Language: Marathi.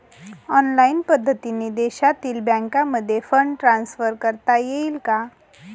ऑनलाईन पद्धतीने देशातील बँकांमध्ये फंड ट्रान्सफर करता येईल का?